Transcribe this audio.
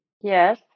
Yes